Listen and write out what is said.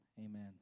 amen